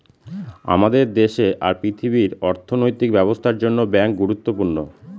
আমাদের দেশে আর পৃথিবীর অর্থনৈতিক ব্যবস্থার জন্য ব্যাঙ্ক গুরুত্বপূর্ণ